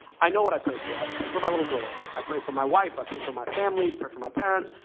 i know what i pray for. i pray for my little girl. i pray for my wife. i pray for my family. i pray for my parents.